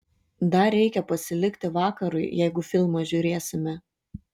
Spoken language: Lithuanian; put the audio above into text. dar reikia pasilikti vakarui jeigu filmą žiūrėsime